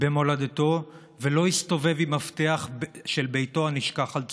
במולדתו ולא הסתובב עם מפתח של ביתו הנשכח על צווארו.